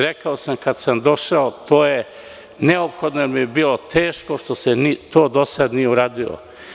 Rekao sam kad sam došao – neophodno je bilo i teško što se to do sada nije uradilo.